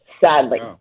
sadly